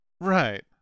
Right